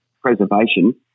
Preservation